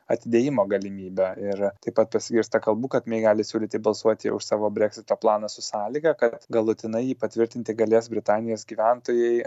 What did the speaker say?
atidėjimo galimybe ir taip pat pasigirsta kalbų kad mei gali siūlyti balsuoti už savo breksito planą su sąlyga kad galutinai jį patvirtinti galės britanijos gyventojai